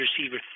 receiver